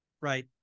Right